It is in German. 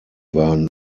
waren